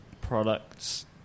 products